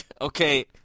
Okay